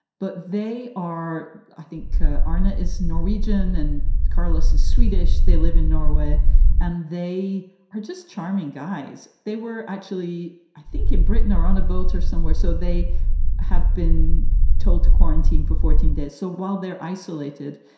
but they are i think ana is norwegian and karlis is swedish. they live in norway and they are just charming guys. they were actually, i think in britain are on a boat or somewhere. so they have been told to quarantine for fourteen days. so while they're isolated,